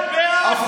אנחנו בעד.